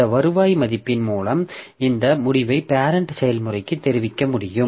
இந்த வருவாய் மதிப்பின் மூலம் இந்த முடிவை பேரெண்ட் செயல்முறைக்கு தெரிவிக்க முடியும்